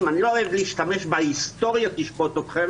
אני לא אוהב להשתמש ב"היסטוריה תשפוט אתכם",